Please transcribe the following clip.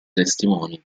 testimoni